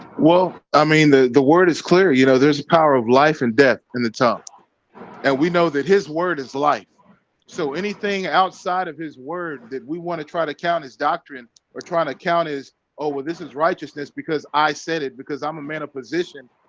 well, i mean the the word is clear, you know there's a power of life and death in the tongue and we know that his word is life so anything outside of his word that we want to try to count his doctrine we're trying to count is over this is righteousness because i said it because i'm a man of position,